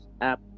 app